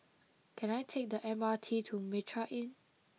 can I take the M R T to Mitraa Inn